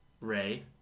Ray